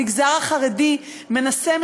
המגזר החרדי מנסה,